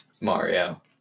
Mario